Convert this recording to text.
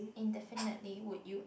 indefinitely would you